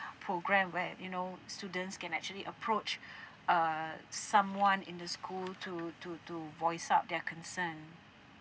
program where you know students can actually approach uh someone in the school to to to voice out their concern